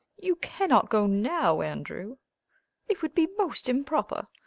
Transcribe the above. you cannot go now, andrew it would be most improper.